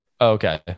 Okay